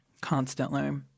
Constantly